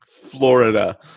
Florida